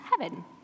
heaven